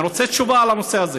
אני רוצה תשובה על הנושא הזה.